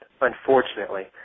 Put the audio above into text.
unfortunately